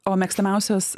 o mėgstamiausias